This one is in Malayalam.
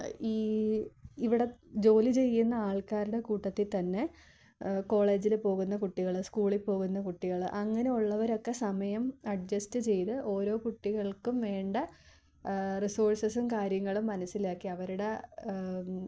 ഈ ഇവിടെ ജോലി ചെയ്യുന്ന ആൾക്കാരുടെ കൂട്ടത്തിൽ തന്നെ കോളേജിൽ പോകുന്ന കുട്ടികൾ സ്കൂളിൽ പോകുന്ന കുട്ടികൾ അങ്ങനെ ഉള്ളവരൊക്കെ സമയം അഡ്ജസ്റ്റ് ചെയ്ത് ഓരോ കുട്ടികൾക്കും വേണ്ട റിസോഴ്സസ് കാര്യങ്ങളും മനസ്സിലാക്കി അവരുടെ